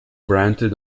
granted